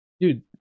Dude